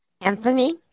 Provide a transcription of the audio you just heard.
Anthony